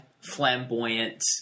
flamboyant